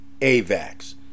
AVAX